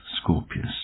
Scorpius